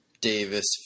Davis